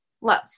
love